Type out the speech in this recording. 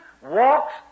walks